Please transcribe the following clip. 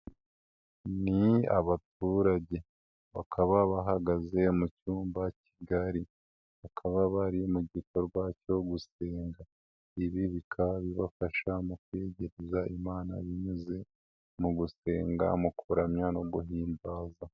Ni abaturage bakaba bahagaze mu cyumba kigari, bakaba bari mu gikorwa cyo gusenga, ibi bikaba bibafasha mu kwiyegereza Imana binyuze mu gusenga, mu kuramya no guhimbaza.